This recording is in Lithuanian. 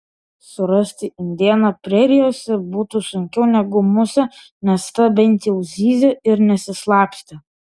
surasti indėną prerijose būtų sunkiau negu musę nes ta bent jau zyzė ir nesislapstė